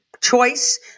choice